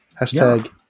Hashtag